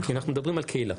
אנחנו מדברים על קהילה,